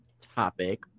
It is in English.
topic